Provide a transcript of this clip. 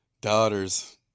Daughters